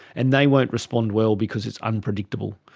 and they won't respond well because it's unpredictable.